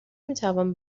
میتوان